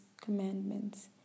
commandments